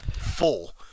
full